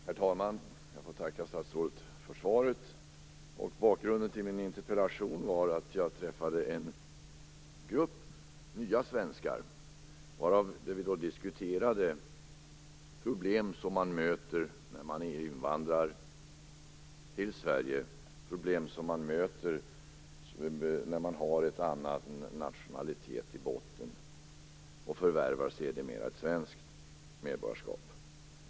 Herr talman! Jag får tacka statsrådet för svaret. Bakgrunden till min interpellation är att jag har träffat en grupp nya svenskar, och vi diskuterade problem som man möter när man är invandrare i Sverige och har en annan nationalitet i botten och sedermera förvärvar ett svenskt medborgarskap.